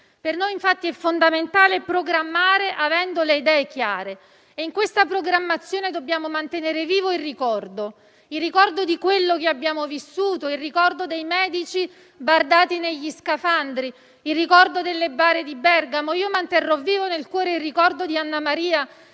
Per noi infatti è fondamentale programmare, avendo le idee chiare, e in questa programmazione dobbiamo mantenere vivo il ricordo di quello che abbiamo vissuto, il ricordo dei medici bardati negli scafandri, il ricordo delle bare di Bergamo. Manterrò vivo nel cuore il ricordo di Anna Maria,